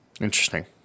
interesting